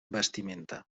vestimenta